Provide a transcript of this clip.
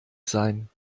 sein